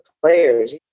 players